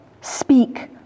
Speak